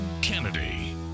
Kennedy